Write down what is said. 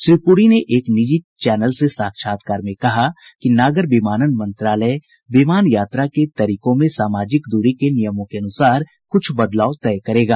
श्री पुरी ने एक निजी चैनल से साक्षात्कार में कहा कि नागर विमानन मंत्रालय विमान यात्रा के तरीकों में सामाजिक द्री के नियमों के अनुसार कुछ बदलाव तय करेगा